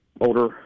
older